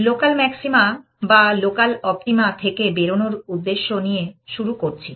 local maxima বা local optima থেকে বেরোনোর উদ্দেশ্য নিয়ে শুরু করছি